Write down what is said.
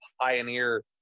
pioneer –